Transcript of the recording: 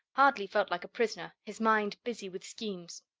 hardly felt like a prisoner, his mind busy with schemes.